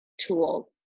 tools